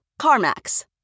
CarMax